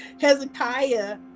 hezekiah